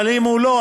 אבל אם הוא לא,